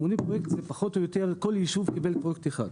זה אומר שכל יישוב קיבל פרויקט אחד,